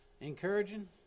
Encouraging